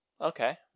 Okay